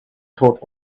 told